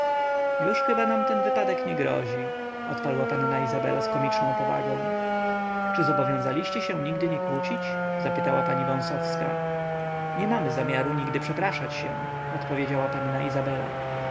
już chyba nam ten wypadek nie grozi odparła panna izabela z komiczną powagą czy zobowiązaliście się nigdy nie kłócić zapytała pani wąsowska nie mamy zamiaru nigdy przepraszać się odpowiedziała panna izabela